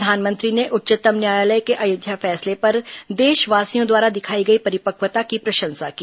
प्रधानमंत्री ने उच्चतम न्यायालय को अयोध्या फैसले पर देशवासियों द्वारा दिखाई गई परिपक्वता की प्रशंसा की